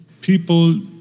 people